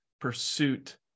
pursuit